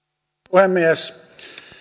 puhemies